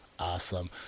awesome